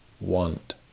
want